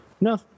No